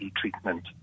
treatment